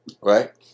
Right